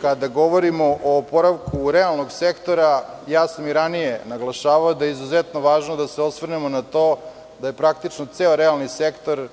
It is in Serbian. Kada govorimo o oporavku realnog sektora, ja sam i ranije naglašavao da je izuzetno važno da se osvrnemo na to da je praktično ceo realni sektor